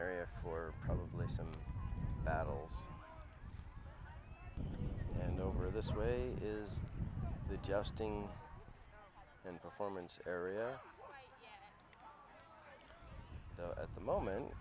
area for probably some battles and over this way it is the just thing and performance area at the moment